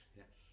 yes